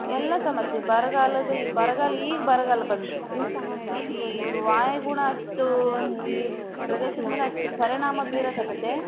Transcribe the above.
ಎಲ್ಲ ಸಮಸ್ಯೆ ಬರಗಾಲದ ಈ ಬರಗಾಲ ಈಗ ಬರಗಾಲ ಬಂದ್ಬಿಡುತ್ತೆ ಈ ವಾಯುಗುಣ ಅಷ್ಟು ಈ ಪ್ರದೇಶದ ಮೇಲೆ ಅಷ್ಟು ಪರಿಣಾಮ ಬೀರಕ್ಕಾತ್ತೈತೆ ಅಷ್ಟೆ